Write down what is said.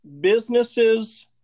businesses